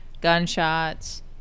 gunshots